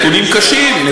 נתונים קשים.